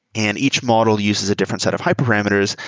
and each model uses a different set of hyperparameters.